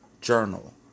Journal